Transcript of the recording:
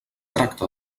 tracta